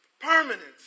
Permanence